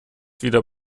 wieder